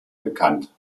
bekannt